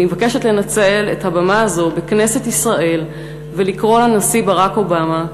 אני מבקשת לנצל את הבמה הזו בכנסת ישראל ולקרוא לנשיא ברק אובמה: